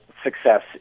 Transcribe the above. success